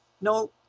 No